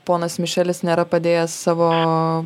ponas mišelis nėra padėjęs savo